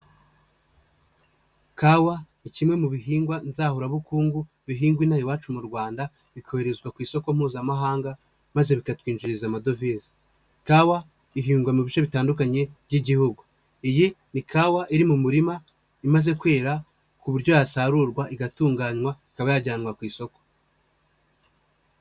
Kawa ni kimwe mu bihingwa nzahurabukungu bihingwa ino aha iwacu mu Rwanda, ikoherezwa ku isoko mpuzamahanga maze bikatwinjiriza amadovize. Kawa ihingwa mu bice bitandukanye by'Igihugu, iyi ni kawa iri mu murima imaze kwera, ku buryo yasarurwa igatunganywa ikaba yajyanwa ku isoko.